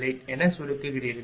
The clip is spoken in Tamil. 86924என சுருக்குகிறீர்கள்